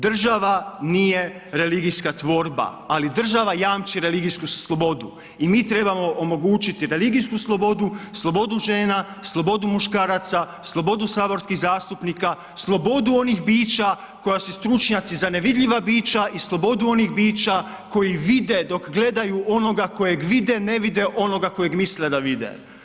Država nije religijska tvorba, ali država jamči religijsku slobodu i mi trebamo omogućiti religijsku slobodu, slobodu žena, slobodu muškaraca, slobodu saborskih zastupnika, slobodu onih bića koja su stručnjaci za nevidljiva bića i slobodu onih bića koji vide dok gledaju onoga kojeg vide ne vide onoga kojeg misle da vide.